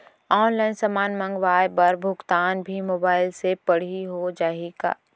Online समान मंगवाय बर भुगतान भी मोबाइल से पड़ही हो जाही का?